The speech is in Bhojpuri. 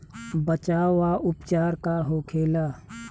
बचाव व उपचार का होखेला?